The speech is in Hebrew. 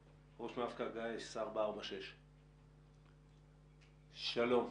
ראש מבק"א, גיס 446. האם